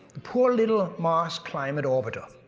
the poor little mars climate orbiter.